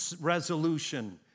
resolution